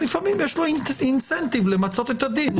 לפעמים יש לו אינסנטיב למצות את הדין.